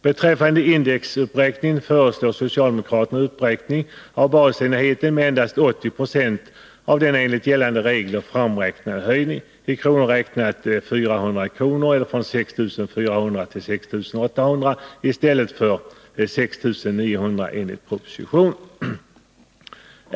Beträffande indexuppräkningen föreslår socialdemokraterna en uppräkning av basenheten med endast 80 96 av den enligt gällande regler framräknade höjningen, i kronor räknat 400 eller från 6 400 till 6 800, i stället för till 6 900 enligt propositionen.